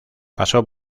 pasó